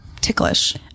ticklish